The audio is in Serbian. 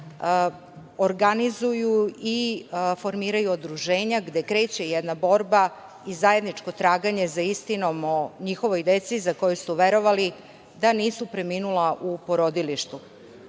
organizuju i formiraju udruženja gde kreće jedna borba i zajedničko traganje za istinom o njihovoj deci za koju su verovali da nisu preminula u porodilištu.